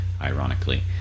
ironically